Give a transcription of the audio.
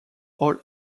old